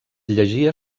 llegia